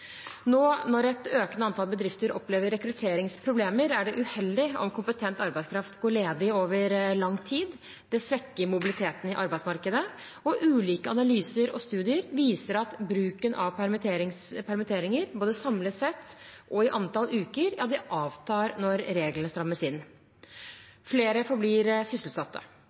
Når nå et økende antall bedrifter opplever rekrutteringsproblemer, er det uheldig om kompetent arbeidskraft går ledig over lang tid. Det svekker mobiliteten i arbeidsmarkedet, og ulike analyser og studier viser at bruken av permitteringer både samlet sett og i antall uker avtar når reglene strammes inn. Flere forblir sysselsatte.